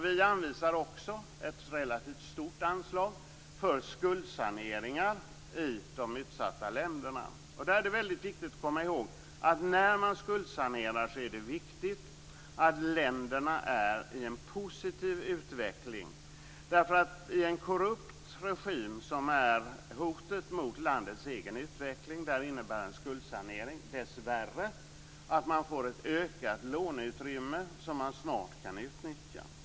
Vi anvisar också ett relativt stort anslag för skuldsaneringar i de utsatta länderna. Det är väldigt viktigt att komma ihåg vikten av att länderna är i en positiv utveckling när man skuldsanerar. I en korrupt regim som är hotet mot landets egen utveckling innebär en skuldsanering dessvärre att man får ett ökat låneutrymme som man snart kan utnyttja.